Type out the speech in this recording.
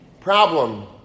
problem